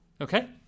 Okay